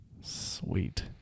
sweet